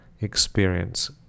experience